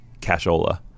cashola